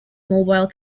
mobile